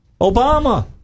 Obama